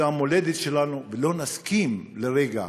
זה המולדת שלנו, ולא נסכים לרגע